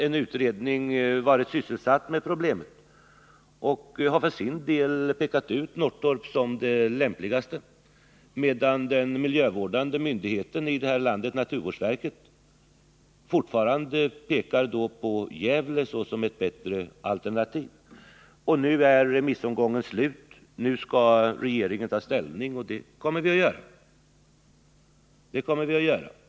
En utredning, som har varit sysselsatt med detta problem, har pekat ut Norrtorp som den lämpligaste platsen, medan den miljövårdande myndigheten i detta land, naturvårdsverket, fortfarande anser Gävle vara ett bättre alternativ. Nu är remissomgången slut, och regeringen kommer att ta ställning.